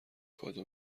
کادو